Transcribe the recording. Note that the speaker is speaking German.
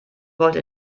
wollte